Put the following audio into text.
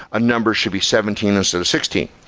a number should be seventeen instead of sixteen.